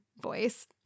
voice